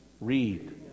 read